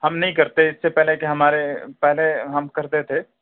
ہم نہیں کرتے اِس سے پہلے کے ہمارے پہلے ہم کرتے تھے